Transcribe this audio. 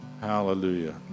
hallelujah